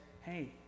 hey